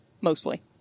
mostly